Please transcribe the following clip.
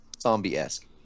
zombie-esque